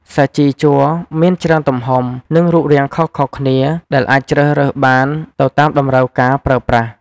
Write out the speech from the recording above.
សាជីជ័រមានច្រើនទំហំ និងរូបរាងខុសៗគ្នា ដែលអាចជ្រើសរើសបានទៅតាមតម្រូវការប្រើប្រាស់។